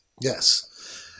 Yes